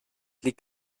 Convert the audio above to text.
liegt